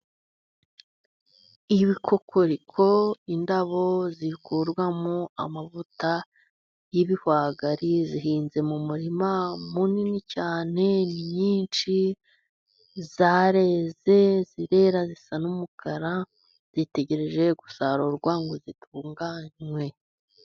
Ibikokoriko indabo zikurwamo amavuta y'ibihwagari, zihinze mu murima munini cyane ni nyinshi zareze zirera zisa n'umukara, zitegereje gusarurwa ngo zitunganywe.